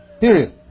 Period